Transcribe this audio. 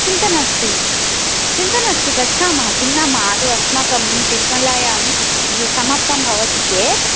चिन्ता नास्ति चिन्ता नास्ति गच्छामः किन्नाम आदौ अस्माकं तिरुमलायां समाप्तं भवति चेत्